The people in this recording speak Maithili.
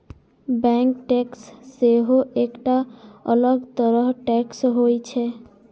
बैंक टैक्स सेहो एकटा अलग तरह टैक्स होइ छै